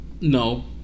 No